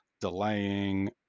delaying